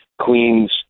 Queens